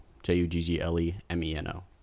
J-U-G-G-L-E-M-E-N-O